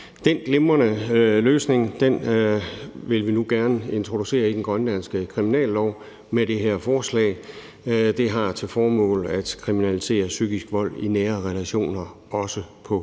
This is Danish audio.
Den glimrende løsning vil vi nu gerne introducere i den grønlandske kriminallov med det her forslag. Det har til formål at kriminalisere psykisk vold i nære relationer, også i